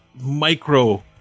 micro